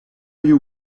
you